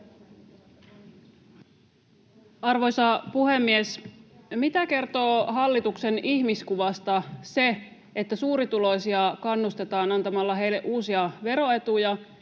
Arvoisa puhemies! Mitä kertoo hallituksen ihmiskuvasta se, että suurituloisia kannustetaan antamalla heille uusia veroetuja